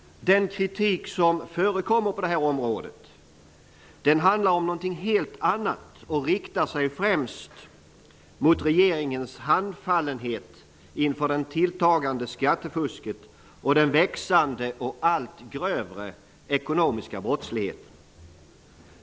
Den kritik som förekommer på detta område handlar om någonting helt annat och riktar sig främst mot regeringens handfallenhet inför det tilltagande skattefusket och den växande och allt grövre ekonomiska brottsligheten.